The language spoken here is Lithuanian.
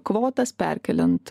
kvotas perkeliant